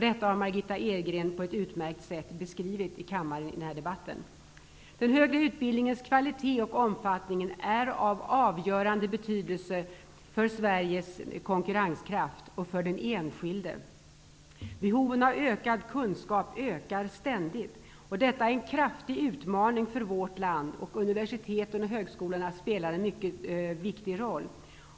Detta har Margitta Edgren på ett utmärkt sätt beskrivit i denna debatt. Den högre utbildningens kvalitet och omfattning är av avgörande betydelse för Sveriges konkurrenskraft och för den enskilde. Behoven av ökad kunskap ökar ständigt. Detta är en kraftig utmaning för vårt land. Och universiteten och högskolorna spelar en mycket viktig roll.